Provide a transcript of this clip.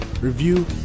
review